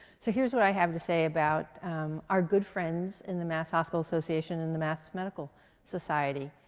so here's what i have to say about our good friends in the mass. hospital association and the mass. medical society.